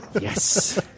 Yes